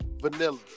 Vanilla